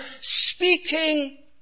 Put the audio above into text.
speaking